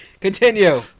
Continue